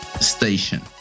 station